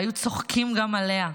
היו צוחקים גם עליה.